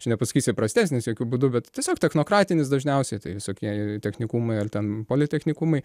čia nepasakysi prastesnis jokiu būdu bet tiesiog technokratinis dažniausiai tai visokie technikumai ar ten politechnikumai